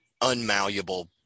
unmalleable